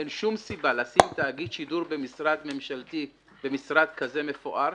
אין שום סיבה לשים תאגיד שידור במשרד כזה מפואר.